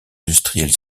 industriels